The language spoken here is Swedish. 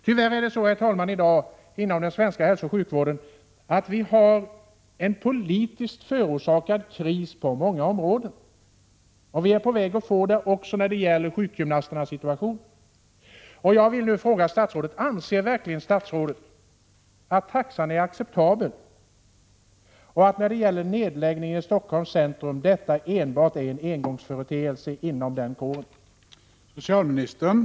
Tyvärr har det inom den svenska hälsooch sjukvården uppstått en politiskt förorsakad kris på många områden. Vi är på väg mot en kris även när det gäller sjukgymnasternas situation. Jag vill därför fråga: Anser verkligen statsrådet att taxan är acceptabel och att nedläggningen av verksamheten i Stockholms centrum är en engångsföreteelse inom kåren?